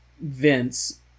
Vince